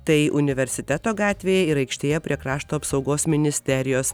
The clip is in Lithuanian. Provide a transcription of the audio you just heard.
tai universiteto gatvėje ir aikštėje prie krašto apsaugos ministerijos